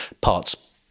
parts